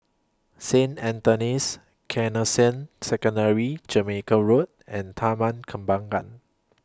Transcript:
Saint Anthony's Canossian Secondary Jamaica Road and Taman Kembangan